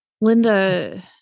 Linda